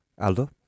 Aldo